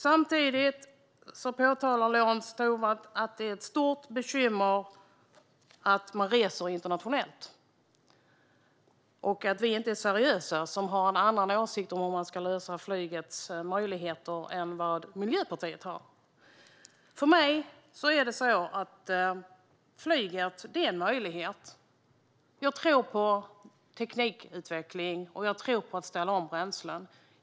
Samtidigt påtalar Lorentz Tovatt att det är ett stort bekymmer att man reser internationellt och att vi inte är seriösa som har en annan åsikt om hur man ska lösa flygets möjligheter än vad Miljöpartiet har. För mig är flyget en möjlighet. Jag tror på teknikutveckling och på att ställa om bränslen.